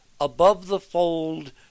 above-the-fold